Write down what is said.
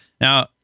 Now